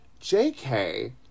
JK